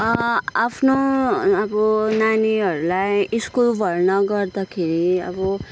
आफ्नो अब नानीहरूलाई स्कुल भर्ना गर्दाखेरि अब